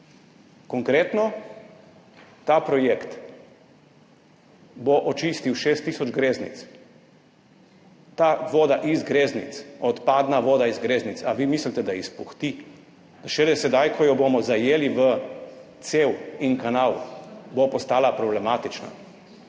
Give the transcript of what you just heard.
Konkretno, ta projekt bo očistil 6 tisoč greznic. Ta voda iz greznic, odpadna voda iz greznic, ali vi mislite, da izpuhti? Da bo šele sedaj, ko jo bomo zajeli v cev in kanal, postala problematična?